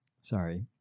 Sorry